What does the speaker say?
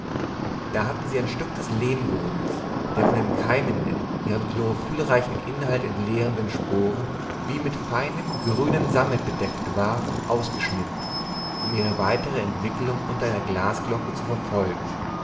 da hatten sie ein stück des lehmbodens der von den keimenden ihren chlorophyllreichen inhalt entleerenden sporen wie mit feinem grünen sammet bedeckt war ausgeschnitten um ihre weitere entwicklung unter einer glasglocke zu verfolgen